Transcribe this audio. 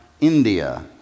India